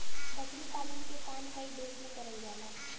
बकरी पालन के काम कई देस में करल जाला